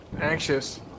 anxious